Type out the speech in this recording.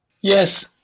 Yes